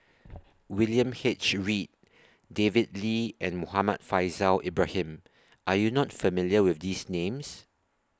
William H Read David Lee and Muhammad Faishal Ibrahim Are YOU not familiar with These Names